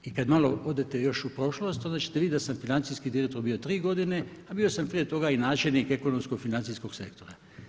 I kad malo odete još u prošlost onda ćete vidjeti da sam financijski direktor bio tri godine, a bio sam prije toga i načelnik ekonomsko-financijskog sektora.